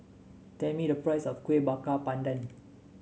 tell me the price of Kuih Bakar Pandan